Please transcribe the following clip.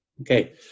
Okay